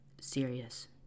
serious